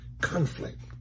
conflict